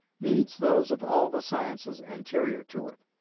needs those of all the sciences anterior to it.